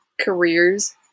careers